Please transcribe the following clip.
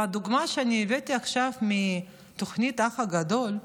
והדוגמה שאני הבאתי עכשיו מהתוכנית האח הגדול,